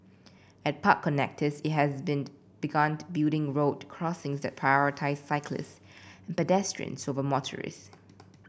at park connectors it has begun building road crossing that prioritise cyclists and pedestrians over motorists